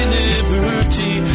liberty